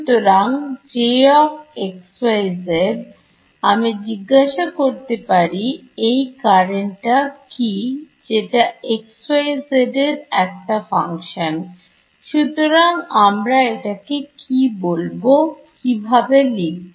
সুতরাং আমি জিজ্ঞাসা করতে পারি এই Currentটা কি যেটা x yz এর একটা Function সুতরাং আমরা এটাকে কি বলবো কিভাবে লিখব